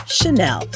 Chanel